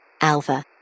Alpha